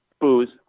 Booze